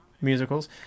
musicals